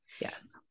Yes